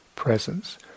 Presence